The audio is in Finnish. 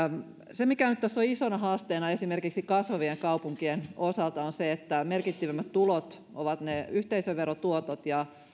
se mikä nyt tässä on isona haasteena esimerkiksi kasvavien kaupunkien osalta on se että merkittävimmät tulot ovat yhteisöverotuotot ja